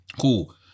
cool